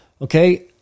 okay